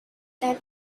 than